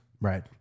Right